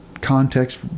context